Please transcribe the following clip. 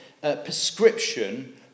prescription